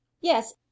yes